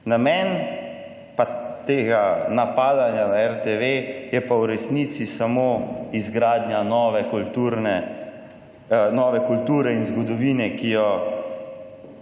Namen tega napadanja RTV je pa v resnici samo izgradnja nove kulture in zgodovine, ki bo